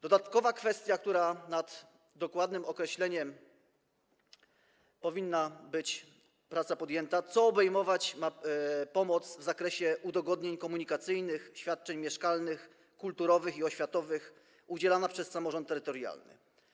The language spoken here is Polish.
Dodatkowo kwestią, nad której dokładnym określeniem powinna być podjęta praca, jest to, co ma obejmować pomoc w zakresie udogodnień komunikacyjnych, świadczeń mieszkalnych, kulturowych i oświatowych udzielana przez samorząd terytorialny.